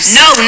no